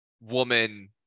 woman